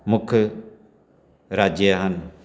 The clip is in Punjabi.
ਮੁੱਖ ਰਾਜ ਹਨ